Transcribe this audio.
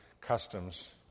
customs